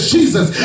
Jesus